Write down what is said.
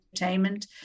entertainment